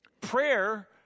Prayer